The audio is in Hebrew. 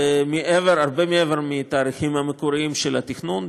הרבה מעבר לתאריכים המקוריים של התכנון,